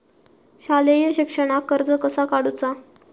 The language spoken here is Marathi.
शालेय शिक्षणाक कर्ज कसा काढूचा?